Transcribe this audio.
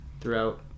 throughout